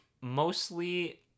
mostly